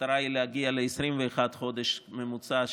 המטרה היא להגיע ל-21 חודש בממוצע,